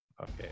okay